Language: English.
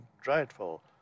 dreadful